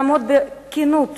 לעמוד בקנאות